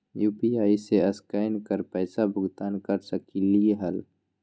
UPI से scan कर पईसा भुगतान कर सकलीहल?